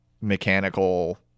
mechanical